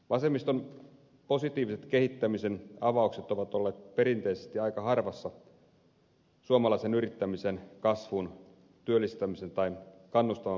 vasemmiston positiiviset kehittämisen avaukset ovat olleet perinteisesti aika harvassa suomalaisen yrittämisen kasvun työllistämisen tai kannustavan verotuksen tiimoilta